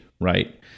right